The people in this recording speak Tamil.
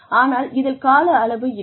ஆனால் இதில் கால அளவு இருக்கும்